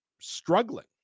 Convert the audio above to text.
struggling